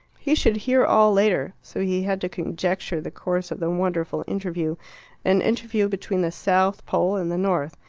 he should hear all later, so he had to conjecture the course of the wonderful interview an interview between the south pole and the north.